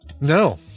No